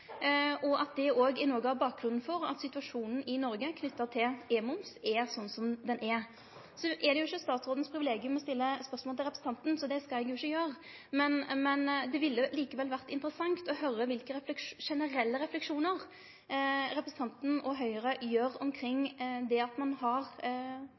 og at dette òg i Noreg er bakgrunnen for at situasjonen i Noreg knytt til e-moms er slik som han er. Det er ikkje statsrådens privilegium å stille spørsmål til representanten, så det skal eg ikkje gjere. Det ville likevel ha vore interessant å høyre kva for generelle refleksjonar representanten og Høgre gjer